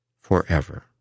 forever